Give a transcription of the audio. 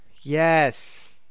Yes